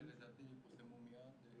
לדעתי, התשובות פורסמו מיד.